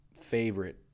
favorite